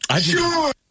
Sure